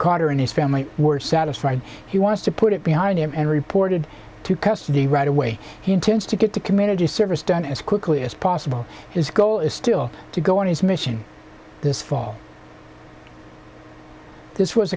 carter and his family were satisfied he wants to put it behind him and reported to custody right away he intends to get to community service done as quickly as possible his goal is still to go on his mission this fall this was